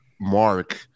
Mark